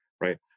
right